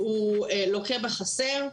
הוא לוקה בחסר.